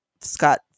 Scott